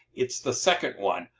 it's the second one,